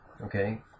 okay